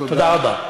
תודה רבה.